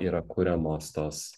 yra kuriamos tos